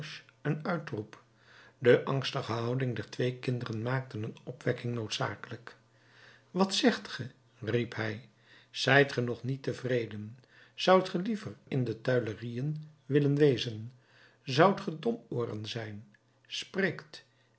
een uitroep de angstige houding der twee kinderen maakte een opwekking noodzakelijk wat zegt ge riep hij zijt ge nog niet tevreden zoudt ge liever in de tuilerieën willen wezen zoudt ge domooren zijn spreekt